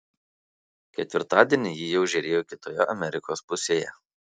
ketvirtadienį ji jau žėrėjo kitoje amerikos pusėje